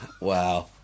Wow